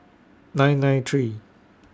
nine nine three